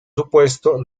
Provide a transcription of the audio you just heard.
supuesto